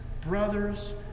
brothers